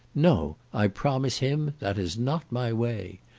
no! i promise him that is not my way.